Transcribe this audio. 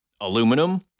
aluminum